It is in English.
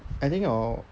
I think hor